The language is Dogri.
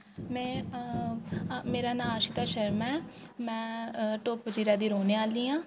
मैं मेरा नांऽ आशिता शर्मा ऐ मै टोपचिरा दी रौह्ने आह्ली आं